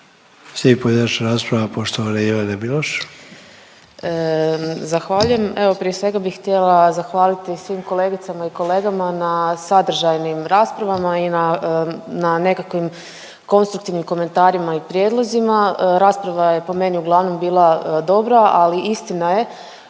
Miloš. **Miloš, Jelena (Možemo!)** Zahvaljujem. Evo prije svega bih htjela zahvaliti svim kolegicama i kolegama na sadržajnim raspravama i na nekakvim konstruktivnim komentarima i prijedlozima. Rasprava je po meni uglavnom bila dobra, ali istina je